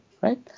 right